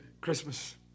Christmas